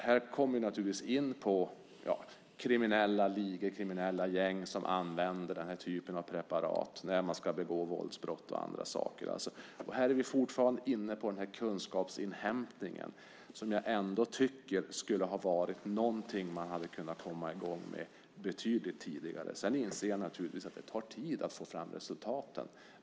Här kommer vi in på kriminella ligor och kriminella gäng som använder den här typen av preparat när de ska begå våldsbrott och annat. Här är vi fortfarande inne på kunskapsinhämtningen. Jag tycker att man borde ha kunnat komma i gång med det betydligt tidigare. Sedan inser jag naturligtvis att det tar tid att få fram resultat.